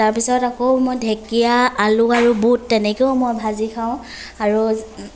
তাৰপিছত আকৌ মই ঢেঁকীয়া আলু আৰু বুট তেনেকৈও মই ভাজি খাওঁ আৰু